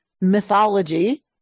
mythology